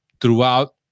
throughout